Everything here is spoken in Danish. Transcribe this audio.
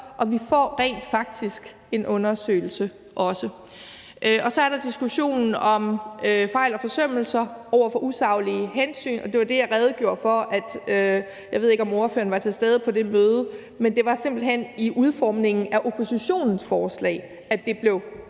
og vi får rent faktisk også en undersøgelse. Så er der diskussionen om fejl og forsømmelser sat over for usaglige hensyn, og det var det, jeg redegjorde for. Jeg ved ikke, om ordføreren var til stede på det møde. Det var simpelt hen i udformningen af oppositionens forslag, at det blev pillet